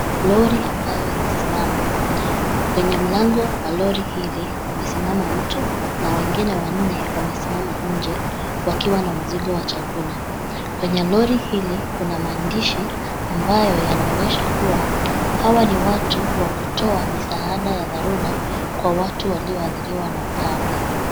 Lori ambayo imesimama. Kwenye mlango wa lori hili pamesimama mtu na wengine wanne wamesimama nje wakiwa na mzigo wa chakula. Kwenye lori hili kuna maandishi ambayo yanaonyesha kuwa hawa ni watu wa kutoa misaada ya dharura kwa watu walioathiriwa na ukame.